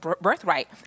birthright